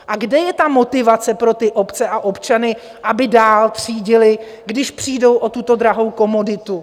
A kde je motivace pro obce a občany, aby dál třídili, když přijdou o tuto drahou komoditu?